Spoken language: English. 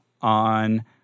on